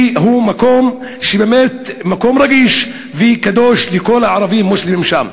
שהוא באמת מקום רגיש וקדוש לכל הערבים-מוסלמים שם.